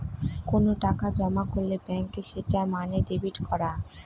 কোনো টাকা জমা করলে ব্যাঙ্কে সেটা মানে ডেবিট করা